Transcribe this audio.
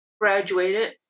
graduated